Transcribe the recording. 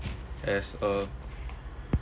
as uh